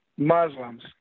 Muslims